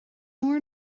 mór